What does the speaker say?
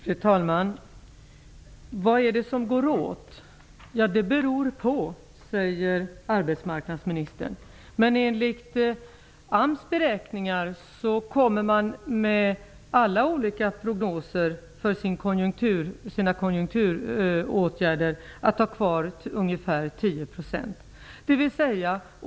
Fru talman! Vad går åt? Ja, det beror på, säger arbetsmarknadsministern. Men enligt AMS beräkningar kommer man i alla olika prognoser för sina konjunkturåtgärder att ha kvar ungefär 10 %.